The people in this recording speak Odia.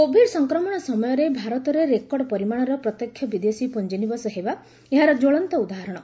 କୋଭିଡ୍ ସଂକ୍ରମଣ ସମୟରେ ଭାରତରେ ରେକର୍ଡ ପରିମାଣର ପ୍ରତ୍ୟକ୍ଷ ବିଦେଶୀ ପୁଞ୍ଜନିବେଶ ହେବା ଏହାର ଜ୍ୱଳନ୍ତ ଉଦାହରଣ